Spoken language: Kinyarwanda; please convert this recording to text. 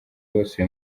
bose